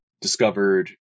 discovered